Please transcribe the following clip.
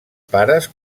pares